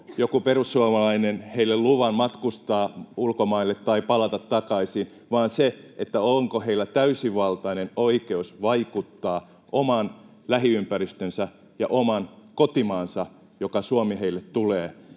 joku perussuomalainen heille luvan matkustaa ulkomaille tai palata takaisin, vaan se, onko heillä täysivaltainen oikeus vaikuttaa oman lähiympäristönsä ja oman kotimaansa — joka Suomi heille tulee